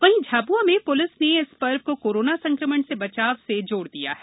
वहीं झाबुआ में पुलिस ने इस पर्व को कोरोना संकमण से बचाव से जोड़ दिया है